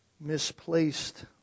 misplaced